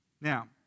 Now